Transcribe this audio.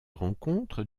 rencontre